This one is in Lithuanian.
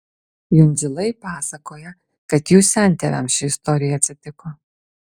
jundzilai pasakoja kad jų sentėviams ši istorija atsitiko